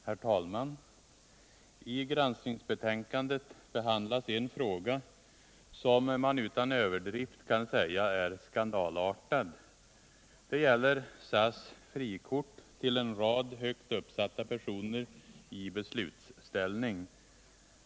Herr talman! I granskningsbetänkandet behandlas en fråga som man utan överdrift kan säga är skandalartad, nämligen frågan om SAS-frikorten till en rad högt uppsatta personer i beslutsställning.